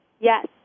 Yes